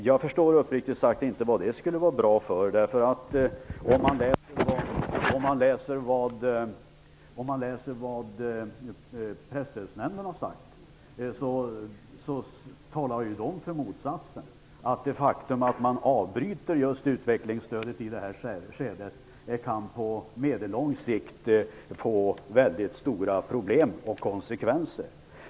Jag förstår uppriktigt sagt inte vad det skulle vara bra för, och Presstödsnämnden talar ju också för motsatsen. Man säger att det faktum att utvecklingsstödet avbryts i det här skedet på medellång sikt kan innebära väldigt stora problem och konsekvenser.